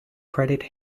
credit